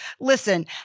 listen